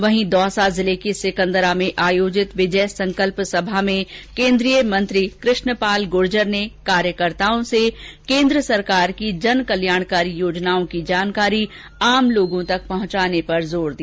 वहीं दौसा जिले के सिकंदरा में आयोजित विजय संकल्प सभा में केन्द्रीय मंत्री कृष्णपाल गुर्जर ने कार्यकर्ताओं से केन्द्र सरकार की जन कल्याणकारी योजनाओं की जानकारी आम लोगों तक पहुंचाने पर जोर दिया